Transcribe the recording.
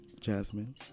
Jasmine